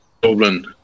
Dublin